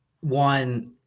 one